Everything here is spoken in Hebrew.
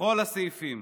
בכל הסעיפים.